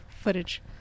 Footage